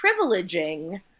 privileging